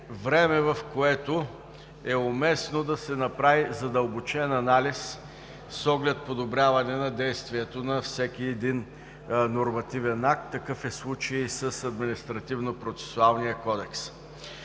време, в което е уместно да се направи задълбочен анализ, с оглед подобряване действието на всеки един нормативен акт. Такъв е случаят и с Административнопроцесуалния кодекс.